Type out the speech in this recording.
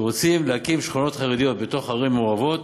שכשרוצים להקים שכונות חרדיות בתוך ערים מעורבות,